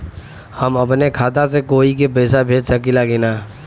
हम अपने खाता से कोई के पैसा भेज सकी ला की ना?